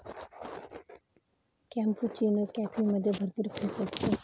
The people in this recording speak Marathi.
कॅपुचिनो कॉफीमध्ये भरपूर फेस असतो